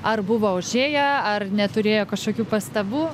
ar buvo užėję ar neturėjo kažkokių pastabų